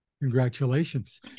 Congratulations